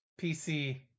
PC